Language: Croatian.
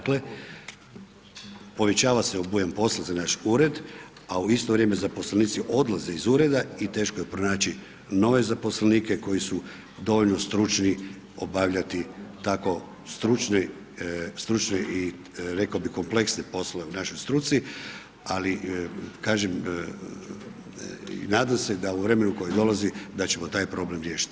Dakle, povećava se obujam posla za naš ured, a u isto vrijeme zaposlenici odlaze iz ureda i teško je pronaći nove zaposlenike koji su dovoljno stručni obavljati tako stručne, stručne i reko bi kompleksne poslove u našoj struci, ali kažem i nadam se da u vremenu koje dolazi da ćemo taj problem riješiti.